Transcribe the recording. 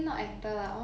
yes